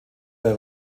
der